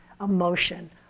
emotion